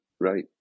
Right